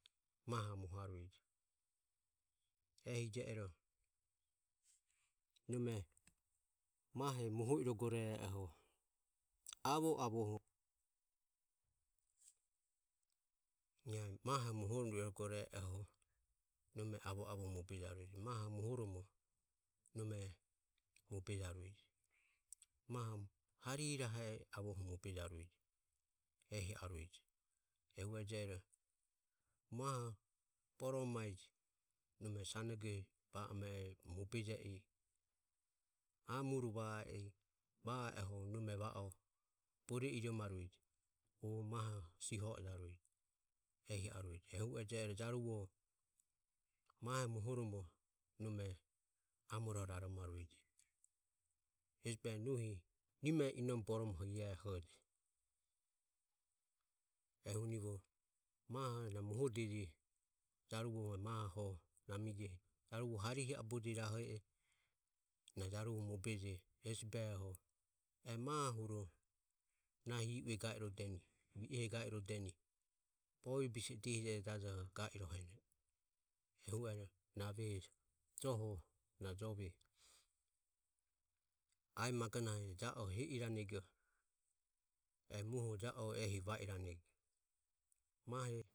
Mahoho mohaureje ehi je ero nome mahe moho irogoro e e oho avo avoho je mahe moho irogoro e e oho mobe jaureje harihe rahego mobe jaureje ehi arueje. Ehu e je ero mahoho borome mae je nome sanoge ba amahego ehi mobejaureje ae mure va e oho nome va o bore iromaureje mahoho siho oromo ehi arueje ehu ero jaruvoho mahe mohoromo nome amoroho raromaureje hesi behoho nohi nimoho nome inomo boromoho ae ehoji ehunivo mahoho namije mahoho harihe aboje rahe e je ero na jaruvoho e mahohuro nahi i ue va irodeni bovie bise e ga iroheni ehu ero na aveho joho jove ae magonahe ja o he iranego e muoho ja o ehi va iranego mahe.